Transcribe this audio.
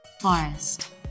forest